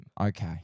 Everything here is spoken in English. Okay